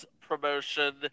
promotion